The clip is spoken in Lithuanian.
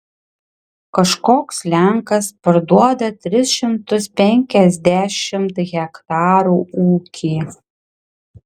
kažkoks lenkas parduoda tris šimtus penkiasdešimt hektarų ūkį